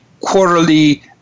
quarterly